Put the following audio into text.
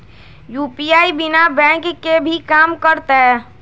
UPI बिना bank के भी कम करतै?